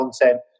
content